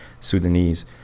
Sudanese